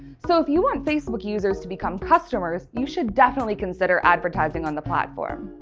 so if you want facebook users to become customers, you should definitely consider advertising on the platform.